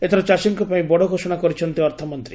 ଏଥର ଚାଷୀଙ୍କ ପାଇଁ ବଡ଼ ଘୋଷଣା କରିଛନ୍ତି ଅର୍ଥମନ୍ତୀ